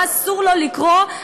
מה אסור לו לקרוא,